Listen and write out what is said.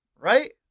right